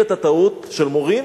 של מורים